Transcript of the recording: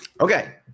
okay